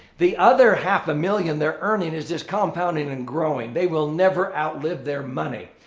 the other half a million they're earning is just compounding and growing. they will never outlive their money.